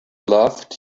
loved